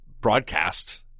broadcast